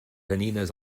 canines